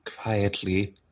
quietly